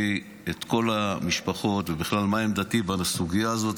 את כל המשפחות ובכלל מה עמדתי בסוגיה הזאת.